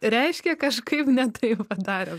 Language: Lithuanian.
reiškia kažkaip ne taip padarėm